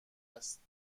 است